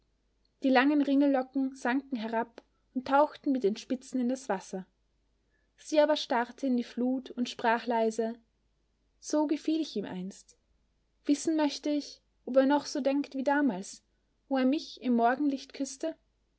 die langen ringellocken sanken herab und tauchten mit den spitzen in das wasser sie aber starrte in die flut und sprach leise so gefiel ich ihm einst wissen möchte ich ob er noch so denkt wie damals wo er mich im morgenlicht küßte